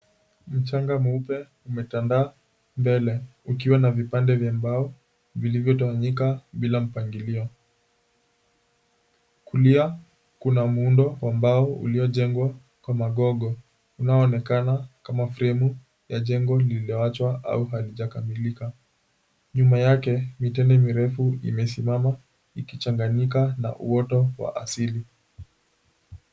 Mchanga mweupe umetandaa mbele, ukiwa na vipande vya mbao vilivyotawanyika bila mpangilio. Kulia kuna muundo wa mbao uliojengwa kwa magogo, unaoonekana kama fremu ya jengo lililoachwa au halijakamilika. Nyuma yake mitende mirefu imesimama, ikichanganyika na uoto wa asili.